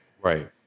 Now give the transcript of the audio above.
Right